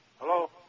Hello